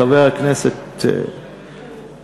חבר הכנסת מיקי,